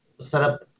setup